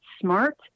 smart